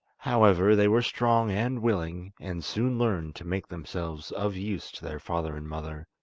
however, they were strong and willing, and soon learned to make themselves of use to their father and mother,